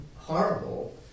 horrible